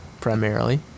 primarily